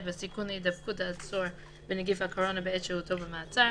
בסיכון להידבקות העצור בנגיף הקורונה בעת שהותו במעצר,